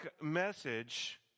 message